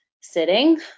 sitting